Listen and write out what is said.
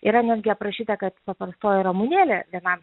yra netgi aprašyta kad paprastoji ramunėlė vienam